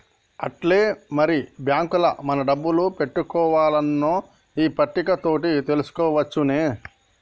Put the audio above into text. ఆట్టే మరి బాంకుల మన డబ్బులు పెట్టుకోవన్నో ఈ పట్టిక తోటి తెలుసుకోవచ్చునే